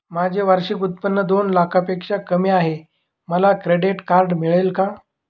माझे वार्षिक उत्त्पन्न दोन लाखांपेक्षा कमी आहे, मला क्रेडिट कार्ड मिळेल का?